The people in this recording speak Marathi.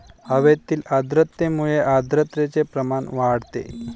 हवेतील आर्द्रतेमुळे आर्द्रतेचे प्रमाण वाढते